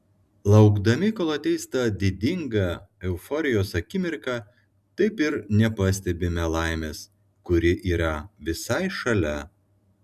laukdami kol ateis ta didinga euforijos akimirka taip ir nepastebime laimės kuri yra visai šalia